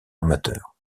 amateurs